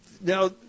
Now